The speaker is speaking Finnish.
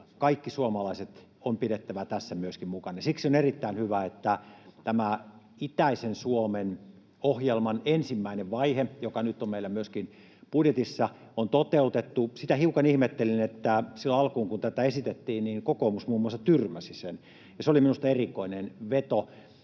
kaikki suomalaiset on pidettävä myöskin mukana. Siksi on erittäin hyvä, että tämän itäisen Suomen ohjelman ensimmäinen vaihe, joka nyt on meillä myöskin budjetissa, on toteutettu. Sitä hiukan ihmettelin, että silloin alkuun, kun tätä esitettiin, muun muassa kokoomus tyrmäsi sen, ja se oli minusta erikoinen veto.